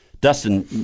Dustin